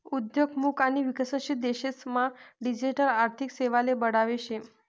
उद्योन्मुख आणि विकसनशील देशेस मा डिजिटल आर्थिक सेवाले बढावा शे